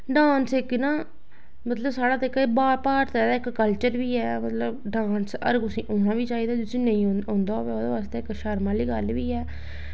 dance इक ना मतलब जेह्का साढ़ा भारत ऐ एह् इक कल्चर बी ऐ ते मतलब डांस हर कुसै गी एह् औना बी चाहिदा ऐ जिसी नेईं औंदा होऐ ओह्दे बास्तै इक शर्म आह्ली गल्ल बी ऐ